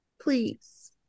Please